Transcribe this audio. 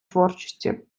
творчості